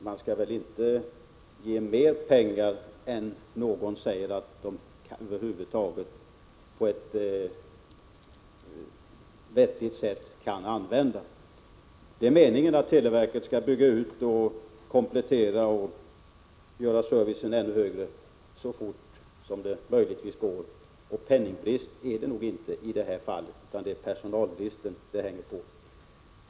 Man skall väl inte ge mer pengar än någon säger sig över huvud taget kunna använda på ett vettigt sätt. Det är meningen att televerket skall bygga ut samt komplettera och göra servicen ännu bättre så fort det möjligtvis går. Och penningbrist är det nog inte i det här fallet, utan det är personalbrist det hänger på.